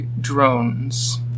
drones